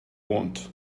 want